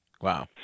Wow